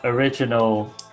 original